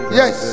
yes